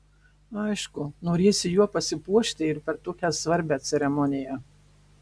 aišku norėsi juo pasipuošti ir per tokią svarbią ceremoniją